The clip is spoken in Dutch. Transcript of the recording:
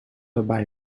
waarbij